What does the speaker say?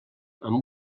amb